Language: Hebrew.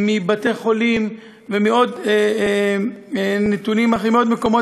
מבתי-חולים ומעוד מקומות,